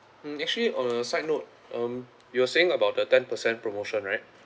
mm actually on a side note um you were saying about the ten percent promotion right